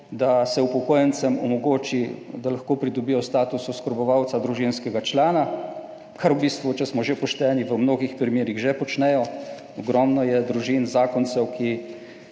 da se upokojencem omogoči, da lahko pridobijo status oskrbovalca družinskega člana, kar v bistvu, če smo že pošteni, v mnogih primerih že počnejo. Ogromno je družin, zakoncev, ki